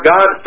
God